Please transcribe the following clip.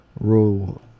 rule